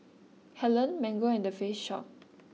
Helen Mango and The Face Shop